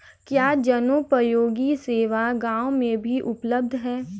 क्या जनोपयोगी सेवा गाँव में भी उपलब्ध है?